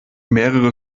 mehrere